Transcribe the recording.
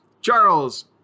Charles